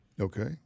Okay